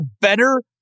better